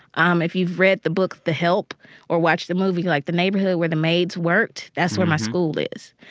um if you've read the book the help or watched the movie like the neighborhood where the maids worked, that's where my school is.